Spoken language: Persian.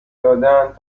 دادهاند